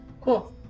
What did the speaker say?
Cool